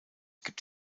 gibt